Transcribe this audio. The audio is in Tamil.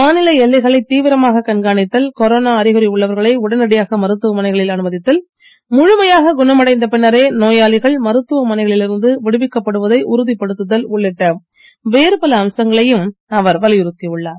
மாநில திட்டம் எல்லைகளைத் தீவிரமாகக் கண்காணித்தல் கொரோனா அறிகுறி உள்ளவர்களை உடனடியாக மருத்துவமனைகளில் அனுமதித்தல் முழுமையாக குணம் அடைந்த பின்னரே நோயாளிகள் மருத்துவ மனைகளில் இருந்து விடுவிக்கப் படுவதை உறுதிப் படுத்துதல் உள்ளிட்ட வேறுபல அம்சங்களையும் அவர் வலியுறுத்தி உள்ளார்